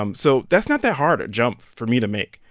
um so that's not that hard a jump for me to make,